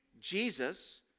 Jesus